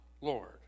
Lord